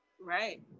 Right